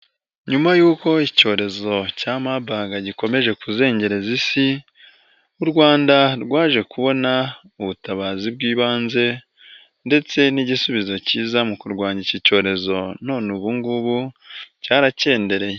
Nyuma y'uko icyorezo cya Mabaga gikomeje kuzengerezareza isi, u Rwanda rwaje kubona ubutabazi bw'ibanze ndetse n'igisubizo cyiza mu kurwanya iki cyorezo none ubu ngubu cyaracyendereye.